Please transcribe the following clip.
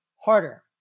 harder